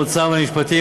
האוצר והמשפטים.